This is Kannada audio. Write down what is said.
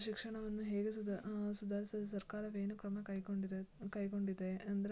ಶಿಕ್ಷಣವನ್ನು ಹೇಗೆ ಸುಧಾ ಸುಧಾರಿಸಲು ಸರ್ಕಾರವೇನು ಕ್ರಮ ಕೈಗೊಂಡಿರೋದ್ ಕೈಗೊಂಡಿದೆ ಅಂದರೆ